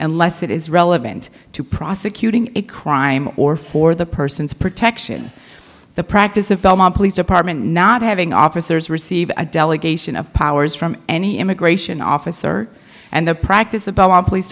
unless it is relevant to prosecuting a crime or for the person's protection the practice of belmont police department not having officers receive a delegation of powers from any immigration officer and the practice of all police